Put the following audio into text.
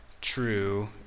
true